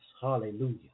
Hallelujah